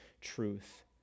truth